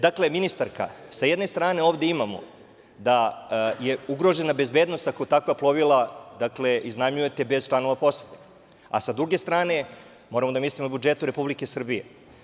Dakle, ministarka, s jedne strane ovde imamo da je ugrožena bezbednost ako takva plovila iznajmljujete bez članova posade, a sa druge strane, moramo da mislimo o budžetu Republike Srbije.